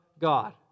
God